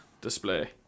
display